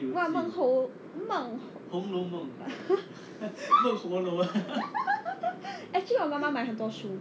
what 梦红梦 actually 我妈妈买很多书